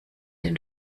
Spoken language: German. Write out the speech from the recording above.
den